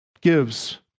gives